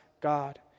God